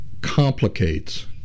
complicates